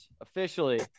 officially